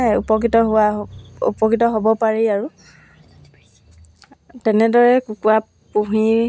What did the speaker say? মানুহবিলাককতো মই এসপ্তাহ এসপ্তাহ পোন্ধৰ দিন এনেকুৱা ভিতৰতে কুৰীয়াৰ যোগে পঠিয়াব লাগে